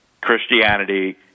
Christianity